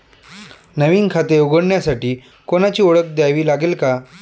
नवीन खाते उघडण्यासाठी कोणाची ओळख द्यावी लागेल का?